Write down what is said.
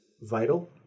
vital